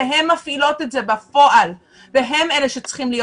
והן מפעילות את זה בכוח והן אלה שצריכות להיות